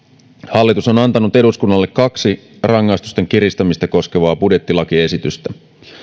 hallitus on on antanut eduskunnalle kaksi rangaistusten kiristämistä koskevaa budjettilakiesitystä